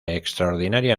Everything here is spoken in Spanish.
extraordinaria